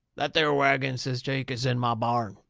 that there wagon, says jake, is in my barn,